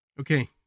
okay